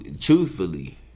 truthfully